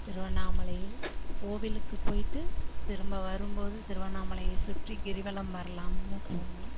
திருவண்ணாமலையில் கோவிலுக்கு போய்விட்டு திரும்ப வரும் போது திருவண்ணாமலையை சுற்றி கிரிவலம் வரலாம்னு போனோம்